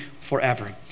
forever